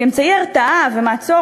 כאמצעי הרתעה ומעצור,